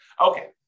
Okay